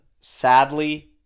sadly